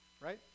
right